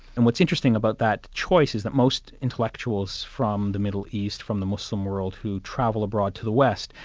and what's interesting about that choice is that most intellectuals from the middle east, from the muslim world who travel abroad to the west,